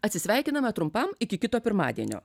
atsisveikiname trumpam iki kito pirmadienio